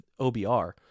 OBR